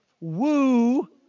woo